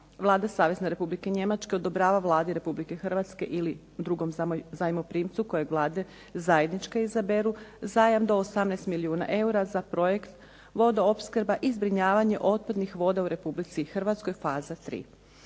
Vlada Savezne Republike Njemačke odobrava Vladi Republike Hrvatske ili drugom zajmoprimce kojeg Vlade zajednički izaberu zajam do 18 milijuna eura za projekt vodoopskrba i zbrinjavanje otpadnih voda u Republici Hrvatskoj, faza 3.